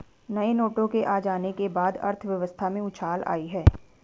नए नोटों के आ जाने के बाद अर्थव्यवस्था में उछाल आयी है